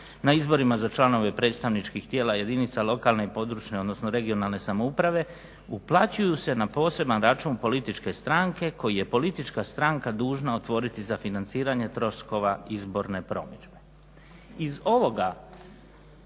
na izborima za članove predstavničkih tijela jedinica i područne odnosno regionalne samouprave uplaćuju se na poseban račun političke strane koji je politička strana dužna otvoriti za financiranje troškova izborne promidžbe". Iz ovoga